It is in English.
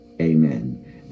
amen